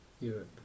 Europe